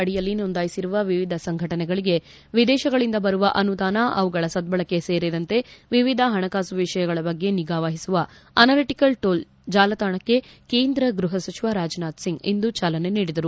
ಅಡಿಯಲ್ಲಿ ನೊಂದಾಯಿಸಿರುವ ವಿವಿಧ ಸಂಘಟನೆಗಳಿಗೆ ವಿದೇಶಗಳಿಂದ ಬರುವ ಅನುದಾನ ಅವುಗಳ ಸದ್ಗಳಕೆ ಸೇರಿದಂತೆ ವಿವಿಧ ಹಣಕಾಸು ವಿಷಯಗಳ ಬಗ್ಗೆ ನಿಗಾ ವಹಿಸುವ ಅನಾಲಟಕಲ್ ಟೂಲ್ ಜಾಲತಾಣಕ್ಕೆ ಕೇಂದ್ರ ಗೃಹ ಸಚಿವ ರಾಜನಾಥ್ ಸಿಂಗ್ ಇಂದು ಚಾಲನೆ ನೀಡಿದರು